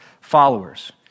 followers